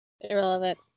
Irrelevant